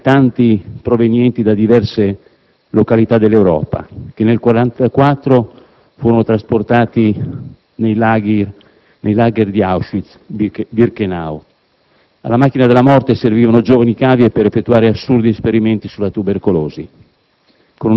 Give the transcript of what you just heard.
tra i tanti provenienti da diverse località dell'Europa, che, nel 1944, furono trasportati nei *lager* di Auschwitz-Birkenhau. Alla macchina della morte servivano giovani cavie per effettuare assurdi esperimenti sulla tubercolosi.